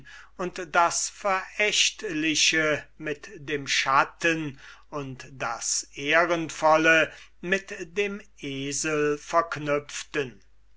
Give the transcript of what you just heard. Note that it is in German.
und das verächtliche mit dem schatten und das ehrenvolle mit dem esel verknüpften